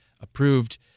approved